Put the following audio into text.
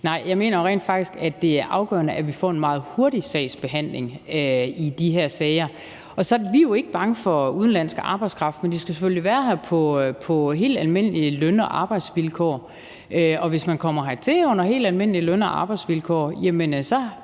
Nej, jeg mener rent faktisk, at det er afgørende, at vi får en meget hurtig sagsbehandling i de her sager. Vi er jo ikke bange for udenlandsk arbejdskraft, men de skal selvfølgelig være her på helt almindelige løn- og arbejdsvilkår. Og hvis man kommer hertil under helt almindelige løn- og arbejdsvilkår, har jeg